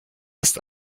ist